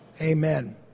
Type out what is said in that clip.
Amen